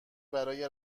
برای